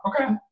Okay